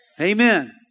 Amen